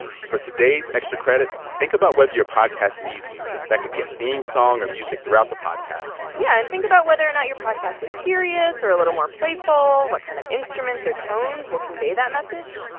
for today's extra credit, think about whether your podcast needs music. that could be a theme song or music throughout the podcast yeah, and think about whether or not your podcast is serious or a little more playful. what kind of instruments or tones will convey that message?